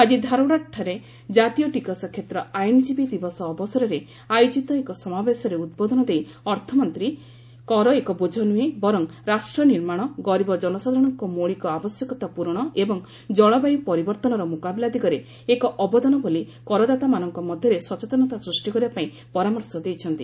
ଆଜି ଧାରୱାଡ଼୍ଠାରେ ଜାତୀୟ ଟିକସ କ୍ଷେତ୍ର ଆଇନଜୀବୀ ଦିବସ ଅବସରରେ ଆୟୋଜିତ ଏକ ସମାବେଶରେ ଉଦ୍ବୋଧନ ଦେଇ ଅର୍ଥମନ୍ତ୍ରୀ କର ଏକ ବୋଝ ନୁହେଁ ବରଂ ରାଷ୍ଟ୍ର ନିର୍ମାଣ ଗରିବ ଜନସାଧାରଣଙ୍କ ମୌଳିକ ଆବଶ୍ୟକତା ପ୍ରରଣ ଏବଂ ଜଳବୟୁ ପରିବର୍ତ୍ତନର ମୁକାବିଲା ଦିଗରେ ଏକ ଅବଦାନ ବୋଲି କରଦାତାମାନଙ୍କ ମଧ୍ୟରେ ସଚେତନତା ସୃଷ୍ଟି କରିବାପାଇଁ ପରାମର୍ଶ ଦେଇଛନ୍ତି